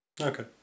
Okay